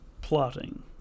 Plotting